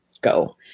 go